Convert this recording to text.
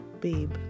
babe